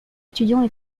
étudiants